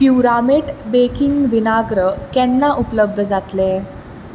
प्युरामेट baking विनाग्र केन्ना उपलब्ध जातलें